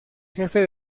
jefe